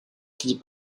finit